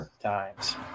times